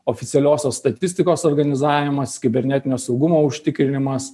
oficialiosios statistikos organizavimas kibernetinio saugumo užtikrinimas